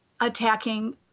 attacking